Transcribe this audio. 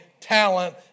talent